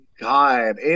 God